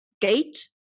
gate